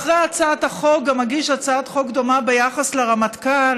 אחרי הצעת החוק גם אגיש הצעת חוק דומה ביחס לרמטכ"ל.